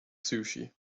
sushi